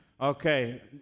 Okay